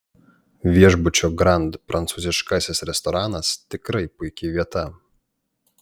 viešbučio grand prancūziškasis restoranas tikrai puiki vieta